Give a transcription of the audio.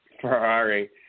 Ferrari